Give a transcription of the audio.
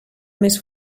més